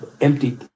empty